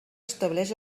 estableix